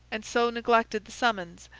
and so neglected the summons,